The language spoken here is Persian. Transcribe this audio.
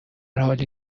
حالی